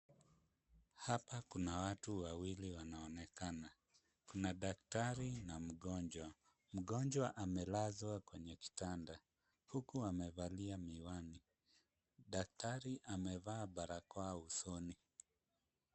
Hapa kuna watu wawili wanaonekana. Kuna daktari na mgonjwa. Mgonjwa amelazwa kwenye kitanda, huku amevalia miwani. Daktari amevaa barakoa usoni.